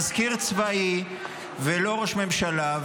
מזכיר צבאי ולא ראש ממשלה,